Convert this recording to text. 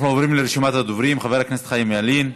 אנחנו עוברים לרשימת הדוברים: חבר הכנסת חיים ילין,